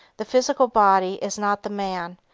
the physical body is not the man,